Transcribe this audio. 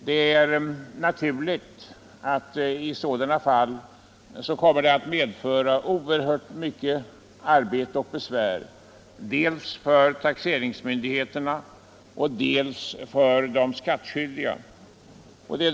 Det är naturligt att sådana fall medför oerhört mycket arbete och besvär dels för taxeringsmyndigheten, dels för de skattskyldiga.